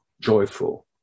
joyful